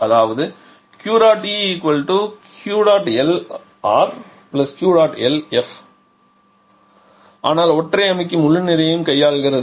அதாவது QEQLRQLF ஆனால் ஒற்றை அமுக்கி முழு நிறையையும் கையாள்கிறது